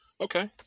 Okay